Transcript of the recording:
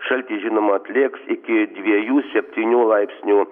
šaltis žinoma atlėgs iki dviejų septynių laipsnių